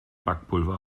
backpulver